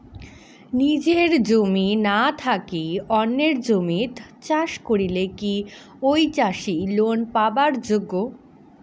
নিজের জমি না থাকি অন্যের জমিত চাষ করিলে কি ঐ চাষী লোন পাবার যোগ্য?